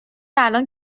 الان